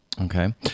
Okay